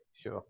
sure